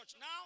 Now